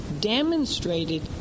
demonstrated